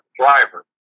driver